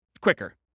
quicker